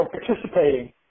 participating